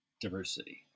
Diversity